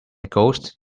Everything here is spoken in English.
ghosts